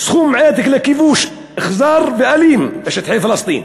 סכום עתק לכיבוש אכזר ואלים בשטחי פלסטין.